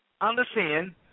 understand